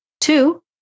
Two